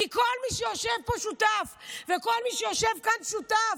כי כל מי שיושב פה שותף, כל מי שיושב כאן שותף,